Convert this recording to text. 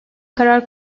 karar